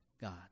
God